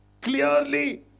clearly